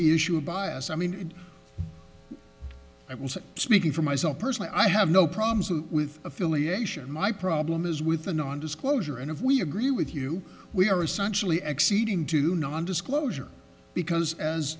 the issue of bias i mean i was speaking for myself personally i have no problems with affiliation my problem is with the non disclosure and if we agree with you we are essentially acceding to non disclosure because as